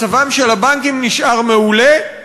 מצבם של הבנקים נשאר מעולה,